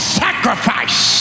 sacrifice